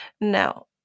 Now